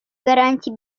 гарантий